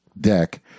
deck